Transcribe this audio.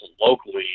locally